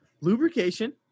lubrication